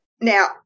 Now